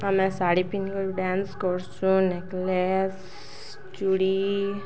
ଆମେ ଶାଢ଼ୀ ପିନ୍ଧିକରି ଡ୍ୟାନ୍ସ କରସୁଁ ନେକଲେସ ଚୁଡ଼ି